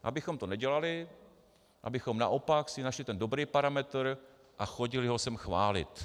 Abychom to nedělali, abychom naopak si našli ten dobrý parametr a chodili ho sem chválit.